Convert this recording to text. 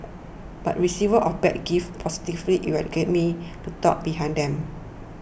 but receivers of bad gifts positively you are give me the thought behind them